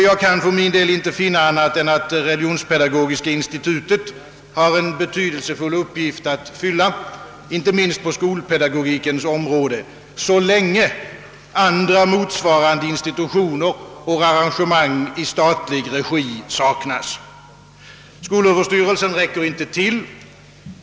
Jag kan för min del inte finna annat än att Religionspedagogiska institutet har en betydelsefull uppgift att fylla inte minst på skolpedagogikens område, så länge andra motsvarande institutioner och arrangemang i statlig regi saknas. Skolöverstyrelsen räcker inte till.